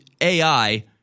AI